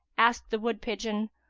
asked the wood-pigeon,